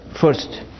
First